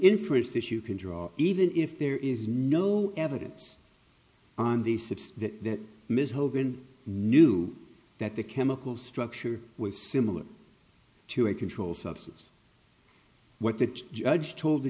inference issue can draw even if there is no evidence on these tapes that ms hogan knew that the chemical structure was similar to a controlled substance what the judge told the